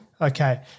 Okay